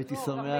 הייתי שמח,